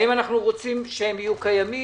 האם אנחנו רוצים שהם יהיו קיימים.